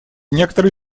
некоторые